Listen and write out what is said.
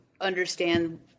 understand